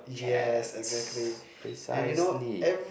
chat precisely